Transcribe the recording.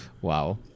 Wow